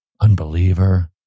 unbeliever